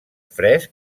fresc